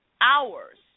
hours